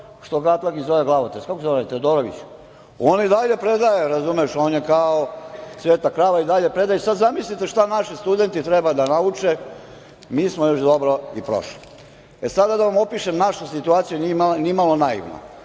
što ga Atlagić zove „glavotres“ kako se zove Teodorović, on i dalje predaje razumeš, on je kao „sveta krava“ i dalje predaje, i sada zamislite šta naši studenti treba da nauče mi smo još dobro i prošli.E, sada da vam opišem našu situaciju ni malo naivno.